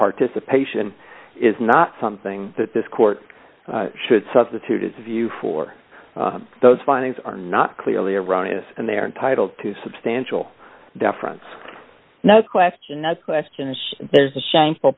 participation is not something that this court should substitute its view for those findings are not clearly erroneous and they are entitled to substantial difference no question that question is there's a shame